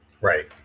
Right